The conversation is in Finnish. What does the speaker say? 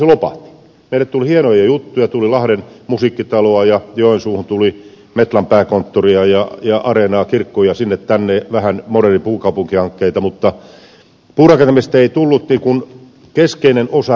meille tuli hienoja juttuja tuli lahden musiikkitalo ja joensuuhun tuli metlan pääkonttori ja areena kirkkoja sinne tänne vähän moderneja puukaupunkihankkeita mutta puurakentamisesta ei tullut keskeinen osa rakentamisen rakennetta